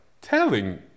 telling